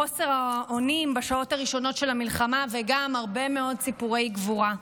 חוסר האונים בשעות הראשונות של המלחמה וגם הרבה מאוד סיפורי גבורה.